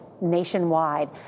nationwide